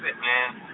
man